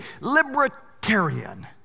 libertarian